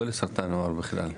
לא לסרטן העור בכלל.